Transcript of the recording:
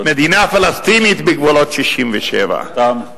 מדינה פלסטינית בגבולות 67'. לכן,